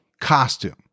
costume